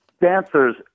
dancers